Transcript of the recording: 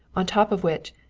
on top of which,